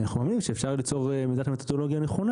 אנחנו יודעים שאפשר ליצור את מידת המתודולוגיה הנכונה